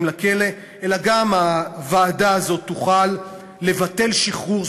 לכלא אלא גם הוועדה הזאת תוכל לבטל שחרור.